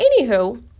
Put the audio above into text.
anywho